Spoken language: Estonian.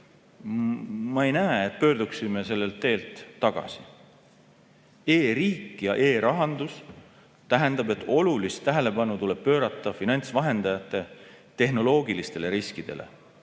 Ma ei näe, et pöörduksime sellelt teelt tagasi. E-riik ja e-rahandus tähendab, et olulist tähelepanu tuleb pöörata finantsvahendajate tehnoloogilistele riskidele,